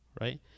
right